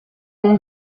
mon